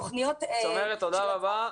תודה רבה.